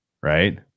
right